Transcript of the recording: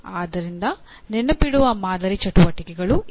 ಆದ್ದರಿಂದ ನೆನಪಿಡುವ ಮಾದರಿ ಚಟುವಟಿಕೆಗಳು ಇವು